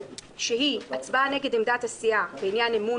שהיא הצבעה נגד עמדת הסיעה בעניין אמון